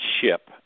ship